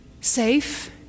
safe